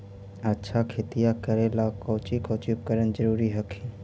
अच्छा खेतिया करे ला कौची कौची उपकरण जरूरी हखिन?